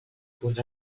punts